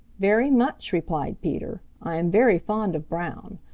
very much, replied peter. i am very fond of brown.